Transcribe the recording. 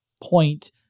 point